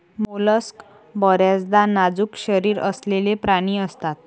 mollusc बर्याचदा नाजूक शरीर असलेले प्राणी असतात